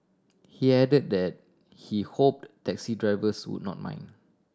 he added that he hoped taxi drivers would not mind